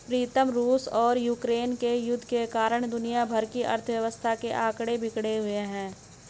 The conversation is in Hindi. प्रीतम रूस और यूक्रेन युद्ध के कारण दुनिया भर की अर्थव्यवस्था के आंकड़े बिगड़े हुए